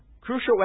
crucial